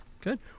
Good